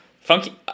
Funky